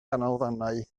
ganolfannau